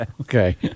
Okay